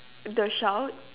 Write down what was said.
the shout